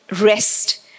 rest